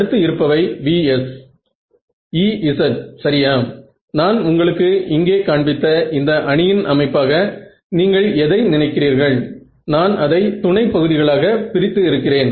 மிகவும் மெலிதான ஆரத்தை தேர்ந்தெடுக்க போகிறேன்